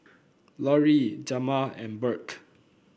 Lori Jamar and Burke